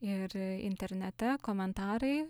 ir internete komentarai